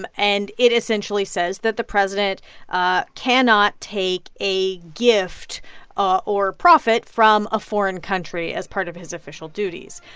and and it essentially says that the president ah cannot take a gift ah or profit from a foreign country as part of his official duties.